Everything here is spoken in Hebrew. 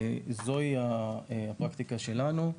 זוהי הפרקטיקה שלנו.